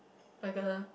like a